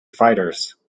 fighters